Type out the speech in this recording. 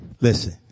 Listen